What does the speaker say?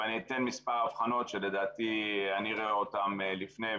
ואני אתן מספר הבחנות שלדעתי אני רואה אותם לפני,